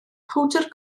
powdr